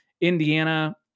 Indiana